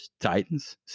Titans